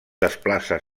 desplaça